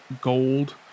gold